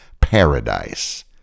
paradise